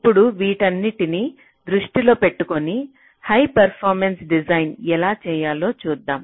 ఇప్పుడు వీటన్నిటిని దృష్టిలో పెట్టుకొని హై పర్ఫామెన్స్ డిజైన్ ఎలా చేయాలో చూద్దాం